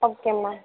ஓகேங்க மேம்